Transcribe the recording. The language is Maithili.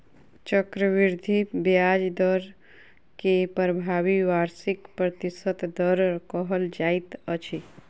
चक्रवृद्धि ब्याज दर के प्रभावी वार्षिक प्रतिशत दर कहल जाइत अछि